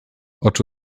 oczy